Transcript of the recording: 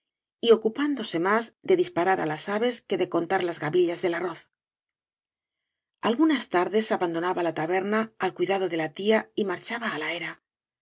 y ocupándose más de disparar á las avee que de contar las gavillas del arroz algunas tardes abandonaba la taberna al cuidado de la tía y marchaba á la era